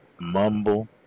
mumble